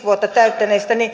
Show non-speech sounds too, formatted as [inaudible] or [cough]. [unintelligible] vuotta täyttäneistä